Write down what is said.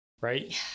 right